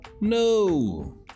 No